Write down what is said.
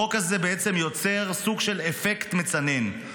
החוק הזה בעצם יוצר סוג של אפקט מצנן,